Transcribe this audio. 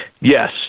Yes